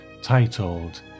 titled